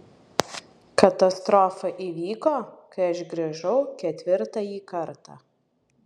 katastrofa įvyko kai aš grįžau ketvirtąjį kartą